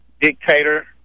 dictator